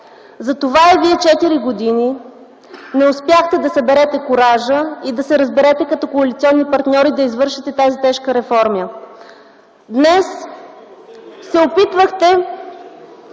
затова и вие четири години не успяхте да съберете куража, и да се разберете като коалиционни партньори да извършите тази тежка реформа. (Шум и реплики от